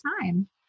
time